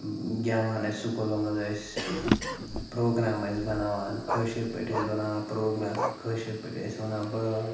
گٮ۪وان ٲسۍ سکوٗلَن منٛز أسۍ پرٛوگرام ٲسۍ بَناوان کٲشِرۍ پٲٹھۍ ٲسۍ بَناوان پرٛوگرام کٲشِرۍ پٲٹھۍ ٲسۍ وَنان بٲتھ